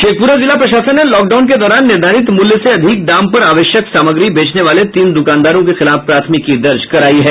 शेखपुरा जिला प्रशासन ने लॉकडाउन के दौरान निर्धारित मूल्य से अधिक दाम पर आवश्यक सामग्री बेचने वाले तीन दुकानदारों के खिलाफ प्राथमिकी दर्ज करायी है